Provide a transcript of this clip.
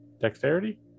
Dexterity